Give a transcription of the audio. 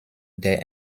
der